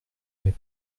mais